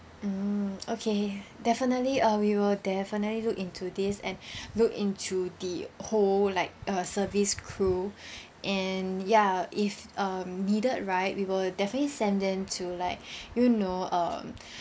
mm okay definitely uh we will definitely look into this and look into the whole like uh service crew and ya if um needed right we will definitely send them to like you know um